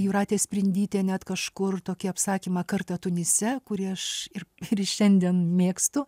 jūratė sprindytė net kažkur tokį apsakymą kartą tunise kurį aš ir ir šiandien mėgstu